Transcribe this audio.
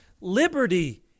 Liberty